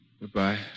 Goodbye